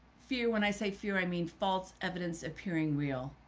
fear when i say fear, i mean, false evidence appearing real.